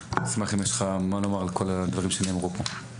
נשמח אם יש לך מה לומר על כל הדברים שנאמרו פה.